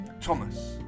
Thomas